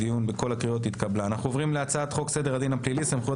אנחנו עוברים להצעת חוק סדר הדין הפלילי (סמכויות